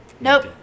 Nope